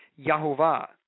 Yahovah